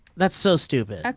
that's so stupid.